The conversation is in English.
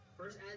first